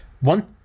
one